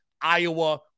iowa